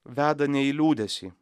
veda ne į liūdesį